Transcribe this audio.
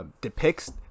Depicts